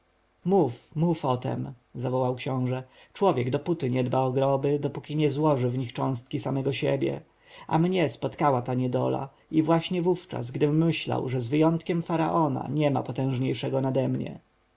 o tem zawołał książę człowiek dopóty nie dba o groby dopóki nie złoży w nich cząstki samego siebie a mnie spotkała ta niedola i właśnie wówczas gdym myślał że z wyjątkiem faraona niema potężniejszego nade mnie